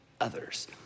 others